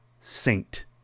saint